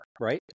right